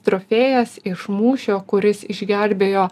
trofėjas iš mūšio kuris išgelbėjo